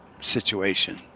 situation